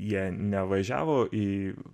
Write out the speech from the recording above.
jie nevažiavo į